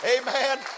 Amen